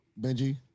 Benji